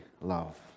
love